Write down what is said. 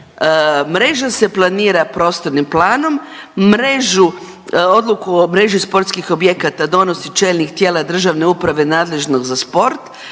mreža se planira prostornim planom, mrežu odluku o mreži sportskih objekata donosi čelnik tijela državne uprave nadležnog za sport,